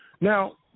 Now